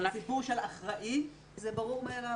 הסיפור של אחראי, זה ברור מאליו.